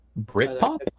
Britpop